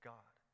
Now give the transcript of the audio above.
God